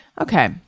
okay